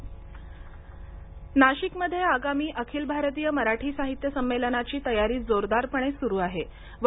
नाशिक नाशिकमध्ये आगामी अखिल भारतीय मराठी साहित्य संमेलनाची तयारी जोरदारपणे सुरु असून आहे